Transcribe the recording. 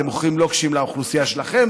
אתם מוכרים לוקשים לאוכלוסייה שלכם,